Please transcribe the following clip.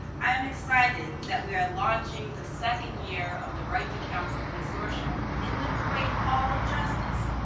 i'm excited that we are launching the second year of the right to counsel consortium in the great hall of justice.